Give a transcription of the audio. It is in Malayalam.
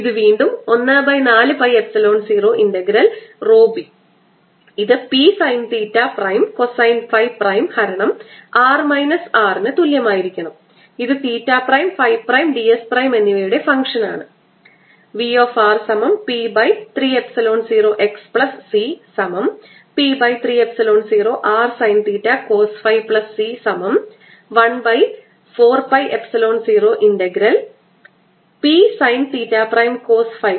ഇത് വീണ്ടും 1 4 പൈ എപ്സിലോൺ 0 ഇന്റഗ്രൽ ρb ഇത് P sine theta prime cosine phi prime ഹരണം r മൈനസ് R ന് തുല്യമായിരിക്കണം ഇത് theta prime phi prime dS prime എന്നിവയുടെ ഫംഗ്ഷൻ ആണ്